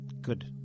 Good